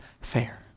fair